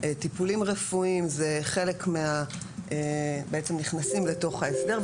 טיפולים רפואיים בעצם נכנסים לתוך ההסדר,